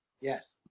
yes